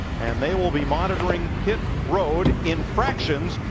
and they will be monitoring pit road in fractions,